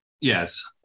Yes